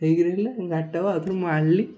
ହେଇ କରି ହେଲେ ଗାଡ଼ିଟାକୁ ଆଉଥରୁ ମୁଁ ଆଣିଲି